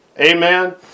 Amen